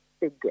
big